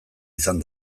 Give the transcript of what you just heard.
izan